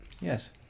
Yes